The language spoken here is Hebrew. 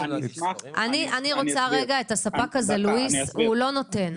אני רוצה רגע את הספק הזה, לואיס, והוא לא נותן.